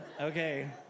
Okay